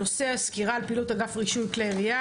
הנושא הוא סקירה על פעילות אגף רישוי כלי ירייה,